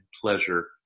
pleasure